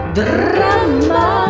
drama